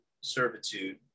servitude